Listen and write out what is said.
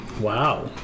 Wow